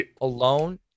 alone